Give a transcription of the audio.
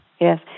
Yes